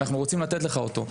אנחנו רוצים לתת לך אותו.